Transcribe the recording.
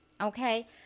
okay